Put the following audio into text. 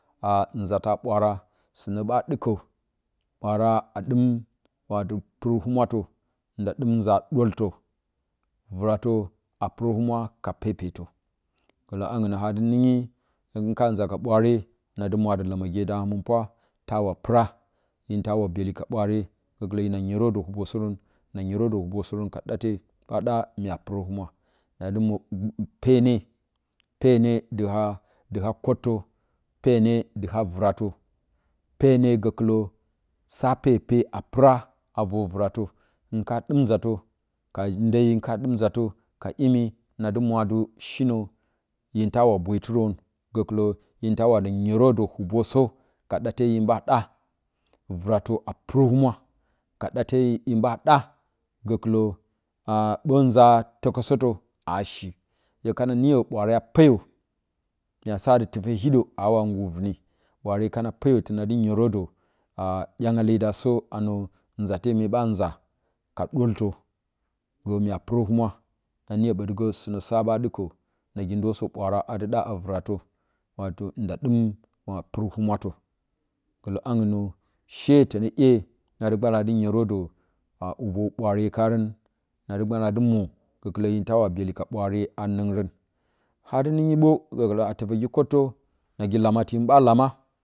Anzata bwaara sinə ɓa ɗɨkə ɓwaare a dim wato purəhumwatə nda dɨm wa dəttə vratə a purəhumwa ka pepetə gələngnə ha dɨ nɨngyi hin ka ma ka ɓwaare nadɨ muradɨ ləməge da həminpwa taura pura mi tawa byeli ka ɓwaare gə kɨlə hina nyerədə hubəsəkən na nyerə də hubəsərən ka ɗate ɓa ɗa mya purəhumwa pene pene dɨ ha dɨ ha kottə pene dɨ na vratə pene gəkɨlə sa pepe a pura a vor vratə hin ka dɨm nzatə ka mdeiyi hin ka dɨm uzatə ka imi nadɨ wwa ti shinə hintewa bouiterən gekɨlə himtawa nyerə də hubosə ka dade hin ɓa ɗa vratə a puro humwa ka date hin ba ɗa gəki a ɓə uza təkəsətə a shi hu kana niyə hwaare a peyə maa satɨ tufe hiɗə awangu vune ɓwaare kana peyə tənadɨ nye rədə a ɗyangle dasə anə nzate mye ɓa nza ka ɓurtə gə mya purəhumwa naniyə bo gə sɨnə sa ɓa ɗɨka nagidəsa ɓwara adɨ ɗa a vratə nda dɨm kwa purəhumrat gələangnə she tənə iye nad gbala adɨ nyerədə kwa hubo bwoare karən nadɨ gbala dɨ mwo gəkɨlə hinra wa byeli ka ɓwaare a nonsrən hadɨ nungu ɓə gəkɨlə a tətəgi kottə naglamati hin ɓa lama